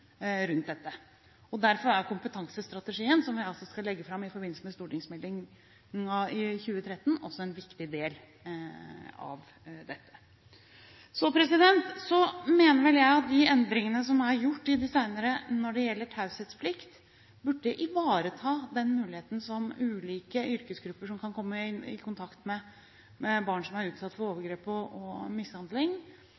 rundt dette, og derfor er kompetansestrategien som vi skal legge fram i forbindelse med stortingsmeldingen i 2013, også en viktig del av dette. Så mener jeg at de endringene som er gjort i det siste når det gjelder taushetsplikt, burde ivareta den muligheten som ulike yrkesgrupper som kan komme i kontakt med barn som er utsatt for